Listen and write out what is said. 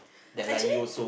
actually